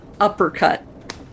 uppercut